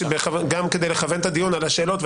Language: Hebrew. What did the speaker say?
גם כדי לכוון את הדיון על השאלות,